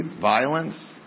violence